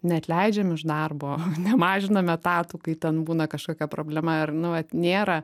neatleidžiam iš darbo nemažinam etatų kai ten būna kažkokia problema ar nu vat nėra